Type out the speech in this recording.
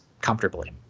comfortably